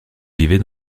vivait